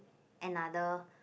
another